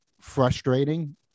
frustrating